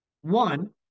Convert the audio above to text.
One